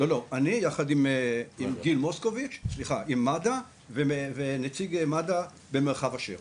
אני יחד עם מד"א ונציג מד"א במרחב אשר.